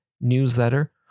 newsletter